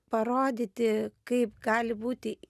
parodyti kaip gali būti